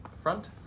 front